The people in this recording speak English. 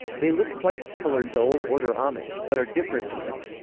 they look quite similar to old order amish, but are different from them.